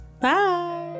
Bye